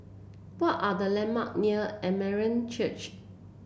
what are the landmark near Armenian Church